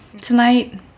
tonight